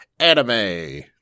anime